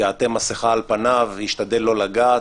יעטה מסכה על פניו וישתדל לא לגעת,